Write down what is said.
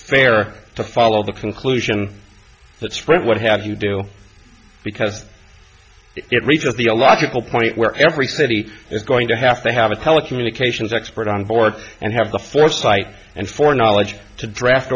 fair to follow the conclusion that sprint would have you do because it reaches the a logical point where every city is going to have to have a telecommunications expert on board and have the foresight and four knowledge to draft